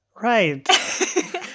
Right